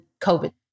COVID